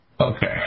Okay